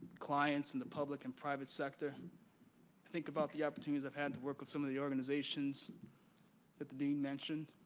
clients in the public and private sector. i think about the opportunities i've had to work with some of the organizations that that dean mentioned.